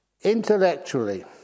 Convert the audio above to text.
Intellectually